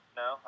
no